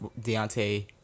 Deontay